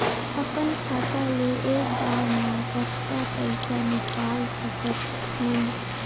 अपन खाता ले एक बार मा कतका पईसा निकाल सकत हन?